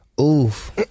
oof